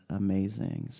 amazing